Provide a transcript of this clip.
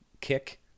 kick